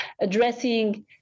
addressing